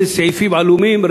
איזה סעיפים עלומים,